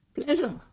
Pleasure